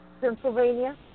Pennsylvania